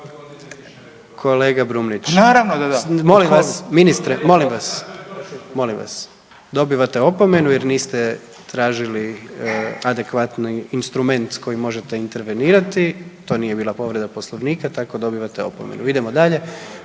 Pa naravno da da./… molim vas ministre, molim vas. Dobivate opomenu jer niste tražili adekvatni instrument s kojim možete intervenirati. To nije bila povreda poslovnika tako dobivate opomenu. Idemo dalje,